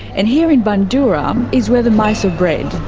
and here in bundoora is where the mice are bred.